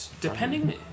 Depending